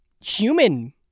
human